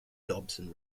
dobson